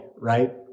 right